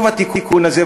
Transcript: טוב התיקון הזה,